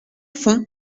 fond